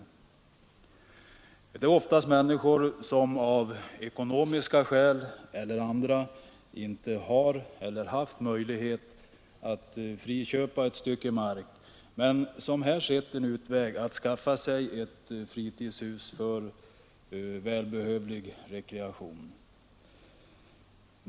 Det gäller oftast människor som av ekonomiska eller andra skäl inte har eller har haft möjlighet att friköpa ett stycke mark men som genom dessa arrenden sett en utväg att skaffa sig ett fritidshus för välbehövlig rekreation.